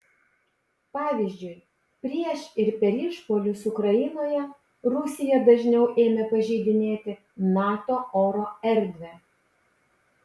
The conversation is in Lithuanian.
pavyzdžiui prieš ir per išpuolius ukrainoje rusija dažniau ėmė pažeidinėti nato oro erdvę